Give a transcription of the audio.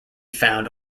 found